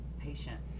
patient